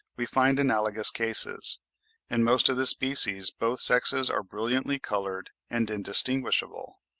we find analogous cases in most of the species, both sexes are brilliantly coloured and indistinguishable,